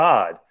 God